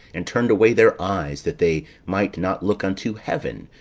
and turned away their eyes, that they might not look unto heaven,